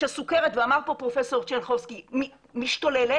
שסכרת ואמרת פה פרופ' צ'רניחובסקי משתוללת,